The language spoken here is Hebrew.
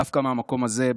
דווקא מהמקום הזה,